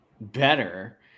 better